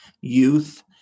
youth